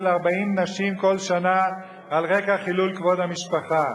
40 נשים כל שנה על רקע חילול כבוד המשפחה?